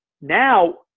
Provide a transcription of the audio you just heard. Now